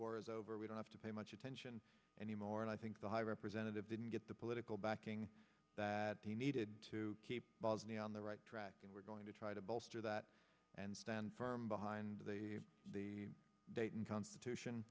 is over we don't have to pay much attention anymore and i think the high represented didn't get the political backing that he needed to keep bosnia on the right track and we're going to try to bolster that and stand firm behind the the dayton constitution